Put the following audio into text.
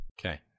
Okay